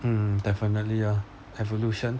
hmm definitely lah evolution